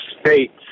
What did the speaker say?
states